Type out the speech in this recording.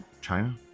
China